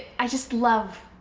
i just love.